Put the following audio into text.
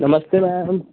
नमस्ते मैम